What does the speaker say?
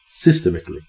systemically